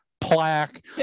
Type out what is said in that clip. plaque